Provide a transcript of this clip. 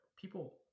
people